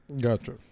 Gotcha